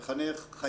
המחנך,